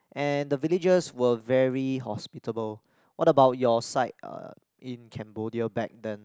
and the villagers were very hospitable what about your side uh in Cambodia back then